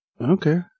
Okay